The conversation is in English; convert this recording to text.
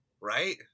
Right